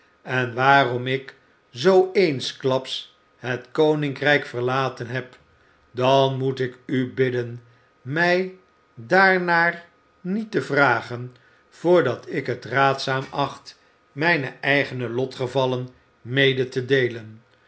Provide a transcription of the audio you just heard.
en waarom ik zoo eensklaps het koninkrijk verlaten heb dan moet ik u bidden mij daarnaar niet te vragen vrdat ik het raadzaam acht mijne eigene lotgevallen mede te deelen